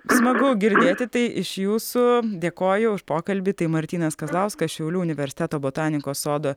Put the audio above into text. smagu girdėti tai iš jūsų dėkoju už pokalbį tai martynas kazlauskas šiaulių universiteto botanikos sodo